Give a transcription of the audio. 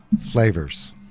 flavors